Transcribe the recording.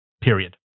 period